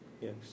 yes